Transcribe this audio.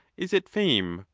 is it fame,